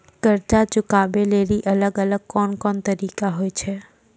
कर्जा चुकाबै लेली अलग अलग कोन कोन तरिका होय छै?